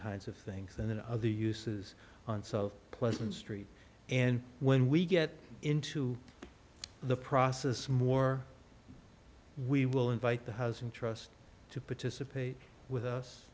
kinds of things and then other uses of pleasant street and when we get into the process more we will invite the housing trust to participate with us